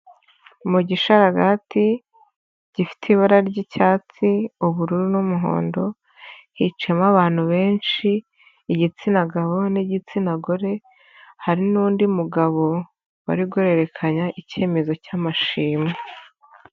Mu gisharagati gifite ibara ry'icyatsi, ubururu n'umuhondo, hicayemo abantu benshi igitsina gabo n'igitsina gore, hari n'undi mugabo bari guhererekanya icyemezo cy'amashimwe.